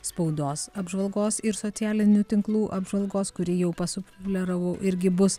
spaudos apžvalgos ir socialinių tinklų apžvalgos kuri jau pasufleravau irgi bus